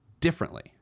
differently